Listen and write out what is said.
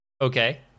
Okay